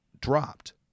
dropped